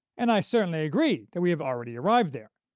and i certainly agree that we have already arrived there.